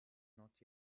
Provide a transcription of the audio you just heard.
not